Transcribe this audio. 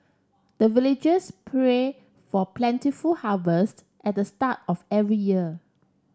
the villagers pray for plentiful harvest at the start of every year